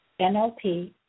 NLP